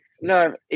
No